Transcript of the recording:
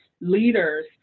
leaders